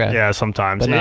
yeah, sometimes. yeah